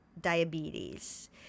diabetes